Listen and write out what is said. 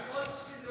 בעד חברי הכנסת,